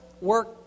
work